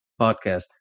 podcast